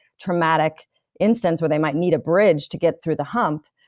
traumatic instance where they might need a bridge to get through the hump,